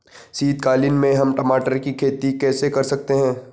शीतकालीन में हम टमाटर की खेती कैसे कर सकते हैं?